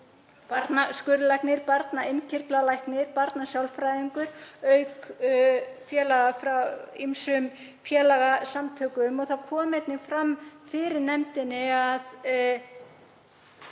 barnaskurðlæknir, barnainnkirtlalæknir og barnasálfræðingur auk félaga frá ýmsum félagasamtökum. Það kom einnig fram fyrir nefndinni að